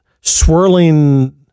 swirling